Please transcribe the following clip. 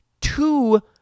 two